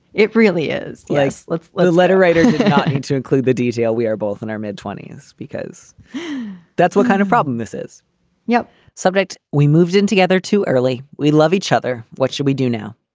it really is. yes. let's let a letter writer to include the detail. we are both in our mid twenty s because that's what kind of problem this is a yeah subject. we moved in together too early. we love each other. what should we do now?